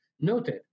noted